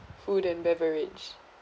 food and beverage